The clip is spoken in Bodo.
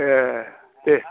ए दे